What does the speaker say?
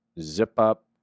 zip-up